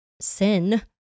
sin